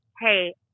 hey